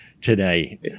today